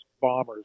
bombers